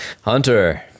hunter